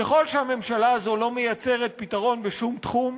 ככל שהממשלה הזו לא מייצרת פתרון בשום תחום,